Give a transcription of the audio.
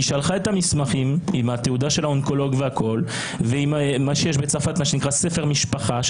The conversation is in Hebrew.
היא שלחה את המסמכים עם תעודת האונקולוג ומה שיש בצרפת שנקרא ספר משפחה,